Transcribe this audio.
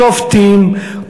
שופטים,